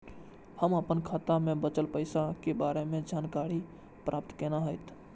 हम अपन खाता में बचल पैसा के बारे में जानकारी प्राप्त केना हैत?